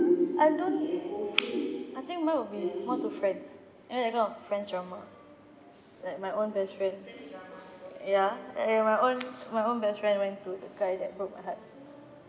I don't I think mine will be more to friends you know that kind of friends drama like my own best friend ya and my own my own best friend went to the guy that broke my heart